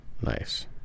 Nice